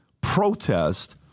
protest